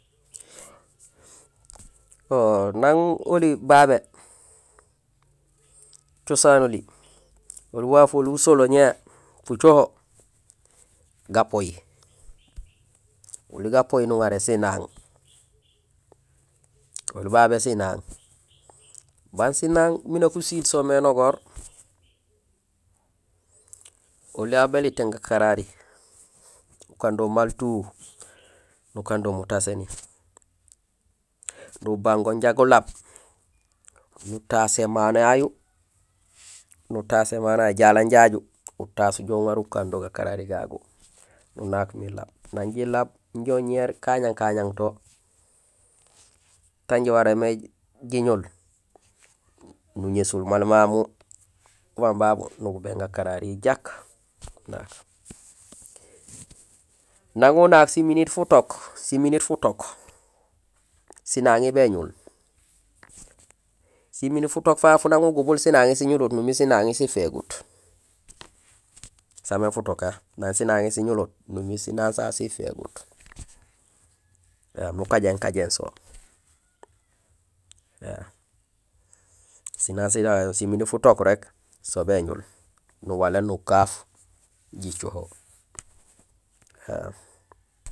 N ang oli babé, cosaan oli, oli waaf oli usolee ñé fucoho, gapooy. Oli gapooy nuŋaré; sinaaŋ, oli babé sinaaŋ. Baan sinaaŋ mi nak gusiil so mé nogoor, oli aw bélitéén gakarari, nu gando maal tout, nu kando mutaséni, nubang go inja gulaab, nutaaas émano yayu, nutaas émano yayu, jalang jaju, utaas uŋaar ukando gakarari gagu, nunaak miin laab. Nang jilaab inja uñéér kañang kañang to tan jiwaréén mé jiñul, nuŋésul maal mamu ubang babu nugubéén gakararihi jaak nunaak. Nang unaak si minute futook, si minute futook, sinaŋi béñul. Si minute futook fafu nang ugubul sinaŋi siñulut numiir sinaŋi sifégut. Saamé futook ké, nang sinaŋi numiir nang sinaaŋ sasu sifégut. Ēém nukajéén kajéén so éém sinaaŋ sijak si minute futook rék so béñul, nuwaléén nukaaf jicoho éém.